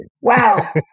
wow